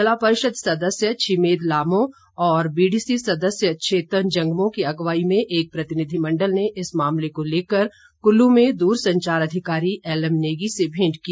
जिला परिषद सदस्य छिमेद लामो और बीडीसी सदस्य छेतन जंगमो की अगुवाई में एक प्रतिनिधि मण्डल ने इस मामले को लेकर कुल्लू में दूर संचार अधिकारी एलएम नेगी से भेंट की